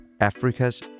Africa's